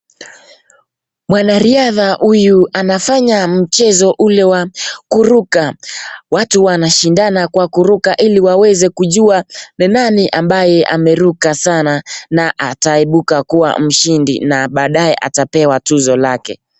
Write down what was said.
Mwanariadha huyu anafanya mchezo ule wa kuruka, watu wanashindana kwa kuruka ili waweze kujua ni nani ambaye ameruka sana na ataibuka kuwa mshindi na baadaye atapewa tuzo lake.